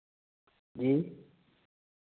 जी